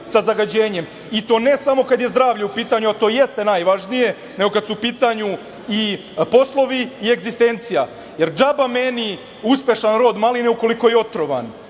sa zagađenjem i to ne samo kada je zdravlje u pitanju, a to jeste najvažnije, nego kad su u pitanju i poslovi i egzistencija, jer džaba meni uspešan rod maline ukoliko je otrovan,